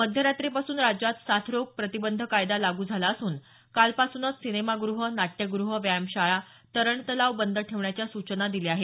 मध्यरात्रीपासून राज्यात साथरोग प्रतिबंध कायदा लागू झाला असून कालपासूनच सिनेमागृह नाट्यगृह व्यायामशाळा तरणतलाव बंद ठेवण्याच्या सूचना दिल्या आहेत